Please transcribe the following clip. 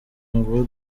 ngo